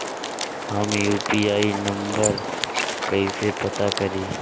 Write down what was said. हम UPI number कइसे पता करी?